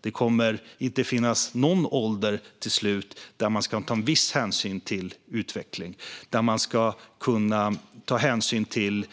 Det kommer till slut inte att finnas någon ålder där man ska ta viss hänsyn till utveckling eller kunna ta hänsyn till